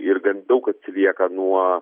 ir gan daug atsilieka nuo